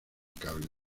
cables